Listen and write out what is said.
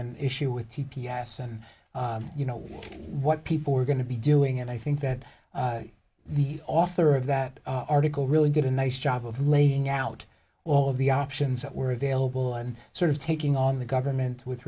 an issue with c p s and you know what people going to be doing and i think that the author of that article really did a nice job of laying out all of the options that were available and sort of taking on the government with